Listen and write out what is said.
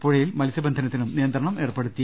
പുഴയിൽ മത്സ്യ ബന്ധനത്തിനും നിയന്ത്രണം ഏർപ്പെടുത്തി